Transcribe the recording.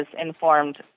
informed